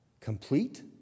Complete